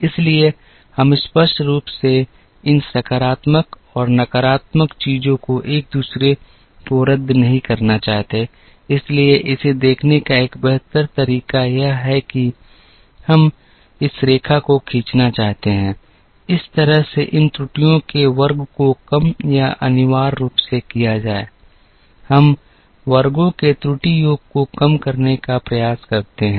इसलिए हम स्पष्ट रूप से इन सकारात्मक और नकारात्मक चीजों को एक दूसरे को रद्द नहीं करना चाहते हैं इसलिए इसे देखने का एक बेहतर तरीका यह है कि हम इस रेखा को खींचना चाहते हैं इस तरह से कि इन त्रुटियों के वर्ग को कम या अनिवार्य रूप से किया जाए हम वर्गों के त्रुटि योग को कम करने का प्रयास करते हैं